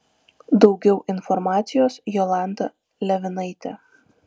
daugiau informacijos jolanta levinaitė